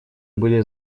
были